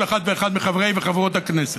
כל אחד ואחד מחברי וחברות הכנסת.